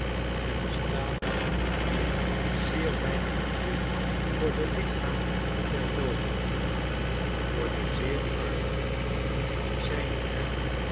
er bestaat hier zeer weinig gevoel voor de lichamen der dooden yoor de zeer armen zijn er